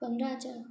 पंद्रह हज़ार